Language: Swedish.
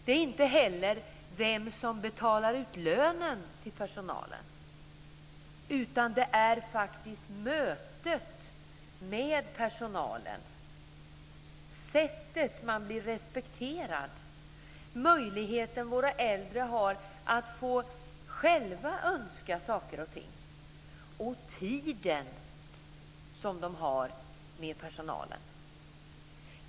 Det är inte heller vem som betalar ut lönen till personalen, utan det är faktiskt mötet med personalen, sättet man blir respekterad på, den möjlighet våra äldre har att få själva önska saker och ting och den tid som de har med personalen.